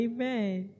Amen